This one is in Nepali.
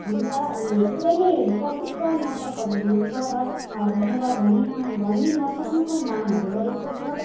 हाम्रा धेरै नै प्रसिद्ध नर्तकहरू हुनु हुन्छ र भनेर भनी न भनी नसक्नुको नामहरू रहेको छ